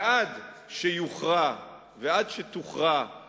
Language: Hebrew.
ועד שתוכרע הריבונות